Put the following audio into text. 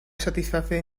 satisface